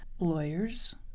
lawyers